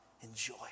Enjoy